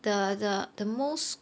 the the the most